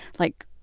like,